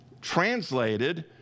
translated